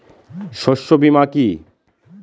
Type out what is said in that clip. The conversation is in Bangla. শস্য বীমা কি?